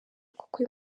kuko